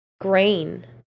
grain